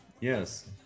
Yes